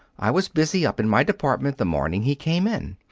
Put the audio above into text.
i was busy up in my department the morning he came in.